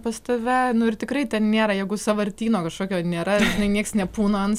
pas tave nu ir tikrai ten nėra jėgų sąvartyno kažkokio nėra niekas nepūna ant